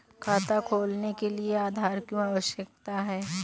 खाता खोलने के लिए आधार क्यो आवश्यक है?